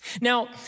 Now